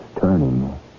turning